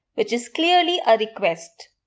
which is clearly a request.